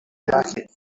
jacket